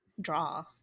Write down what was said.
draw